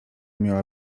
miała